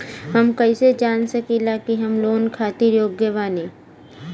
हम कईसे जान सकिला कि हम लोन खातिर योग्य बानी?